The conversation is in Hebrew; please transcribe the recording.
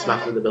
גם אותו דבר,